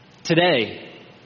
Today